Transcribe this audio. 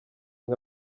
nka